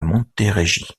montérégie